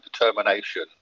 determination